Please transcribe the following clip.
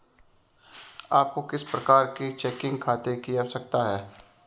आपको किस प्रकार के चेकिंग खाते की आवश्यकता है?